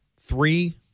Three